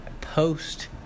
post